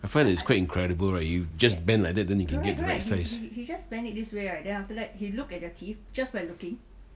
I find that it's quite incredible right you just bend like that then you can get the right size